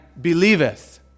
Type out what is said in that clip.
believeth